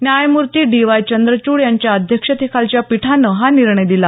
न्यायमूर्ती D Y Chandrachud यांच्या अध्यक्षतेखालच्या पीठानं हा निर्णय दिला